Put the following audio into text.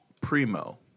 Primo